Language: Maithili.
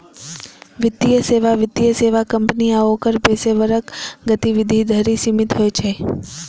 वित्तीय सेवा वित्तीय सेवा कंपनी आ ओकर पेशेवरक गतिविधि धरि सीमित होइ छै